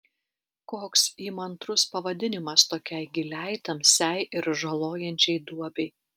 koks įmantrus pavadinimas tokiai giliai tamsiai ir žalojančiai duobei